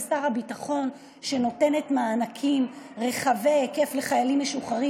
שר הביטחון שנותנת מענקים רחבי היקף לחיילים משוחררים,